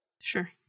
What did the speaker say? Sure